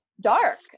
Dark